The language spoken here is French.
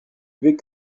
levés